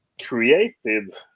created